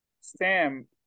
Sam